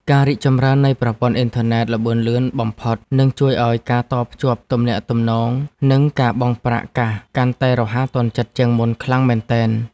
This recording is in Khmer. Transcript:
ការរីកចម្រើននៃប្រព័ន្ធអ៊ីនធឺណិតល្បឿនលឿនបំផុតនឹងជួយឱ្យការតភ្ជាប់ទំនាក់ទំនង និង ការបង់ប្រាក់កាសកាន់តែរហ័សទាន់ចិត្តជាងមុនខ្លាំងមែនទែន។